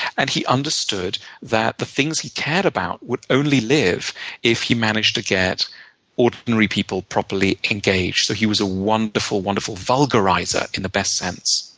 and he understood that the things he cared about would only live if he managed to get ordinary people properly engaged. so he was a wonderful, wonderful vulgarizer in the best sense.